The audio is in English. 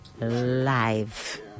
live